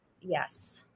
Yes